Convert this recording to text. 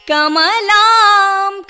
Kamalam